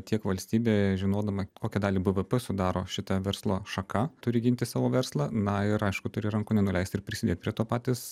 tiek valstybė žinodama kokią dalį bvp sudaro šita verslo šaka turi ginti savo verslą na ir aišku turi rankų nenuleist ir prisidėt prie to patys